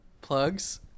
plugs